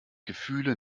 gefühle